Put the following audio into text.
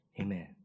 Amen